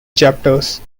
chapters